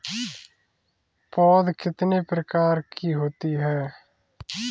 पौध कितने प्रकार की होती हैं?